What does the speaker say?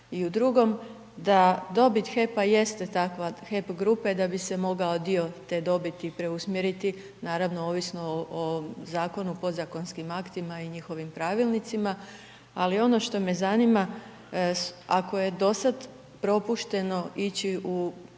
i u drugom, da dobit HEP-a jeste takva, HEP grupe, da bi se mogao dio te dobiti preusmjeriti, naravno ovisno o zakonu, podzakonskim aktima i njihovim pravilnicima, ali ono što me zanima, ako je dosad propušteno ići u